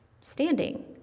standing